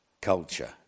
culture